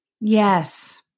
Yes